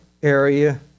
area